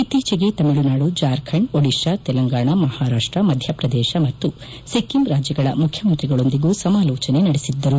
ಇತ್ತೀಚೆಗೆ ತಮಿಳುನಾಡು ಜಾರ್ಖಂಡ್ ಓಡಿಶಾ ತೆಲಂಗಾಣ ಮಹಾರಾಷ್ಟ ಮಧ್ಯೆಪ್ರದೇಶ ಮತ್ತು ಸಿಕ್ಕಿಂ ರಾಜ್ಯಗಳ ಮುಖ್ಯಮಂತ್ರಿಗಳೊಂದಿಗೂ ಸಮಾಲೋಜನೆ ನಡೆಸಿದ್ದರು